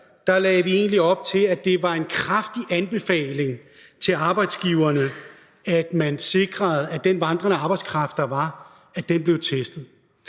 vi egentlig op til, at det var en kraftig anbefaling til arbejdsgiverne, at man sikrede, at den vandrende arbejdskraft, der var, blev testet,